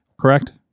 correct